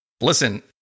listen